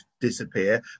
disappear